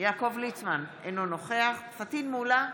יעקב ליצמן, אינו נוכח פטין מולא,